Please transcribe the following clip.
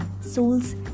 souls